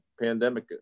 pandemic